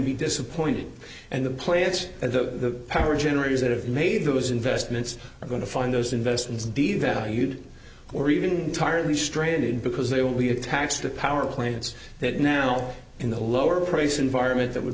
to be disappointed and the plants and the power generators that have made those investments are going to find those investments devalued or even entirely stranded because they will be attached to power plants that now in the lower price environment that w